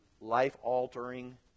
life-altering